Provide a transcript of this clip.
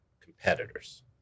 competitors